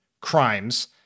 crimes